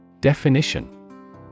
Definition